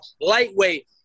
lightweight